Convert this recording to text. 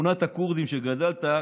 בשכונת הכורדים שבה גדלת,